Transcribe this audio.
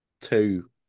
two